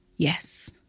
Yes